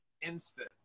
Instant